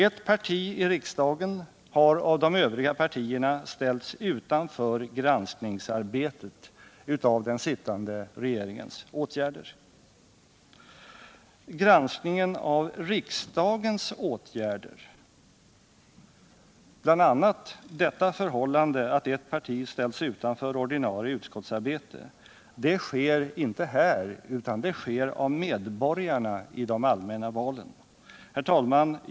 Ett parti i riksdagen har av de övriga partierna ställts utanför arbetet med granskningen av den sittande regeringens åtgärder. Granskningen av riksdagens åtgärder, bl.a. det förhållandet att ett parti ställts utanför ordinarie utskottsarbete, sker inte här men dess resultat kommer till uttryck genom medborgarna i de allmänna valen. Herr talman!